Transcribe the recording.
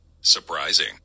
Surprising